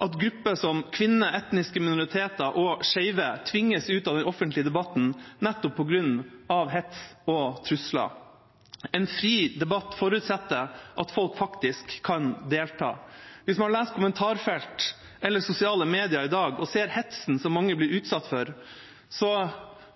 at grupper som kvinner, etniske minoriteter og skeive tvinges ut av den offentlige debatten nettopp på grunn av hets og trusler. En fri debatt forutsetter at folk faktisk kan delta. Hvis man leser kommentarfelt eller sosiale medier i dag og ser hetsen mange utsettes for, så